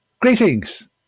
Greetings